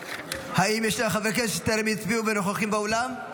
האם יש חברי כנסת שטרם הצביעו ונוכחים באולם?